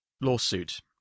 lawsuit